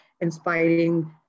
inspiring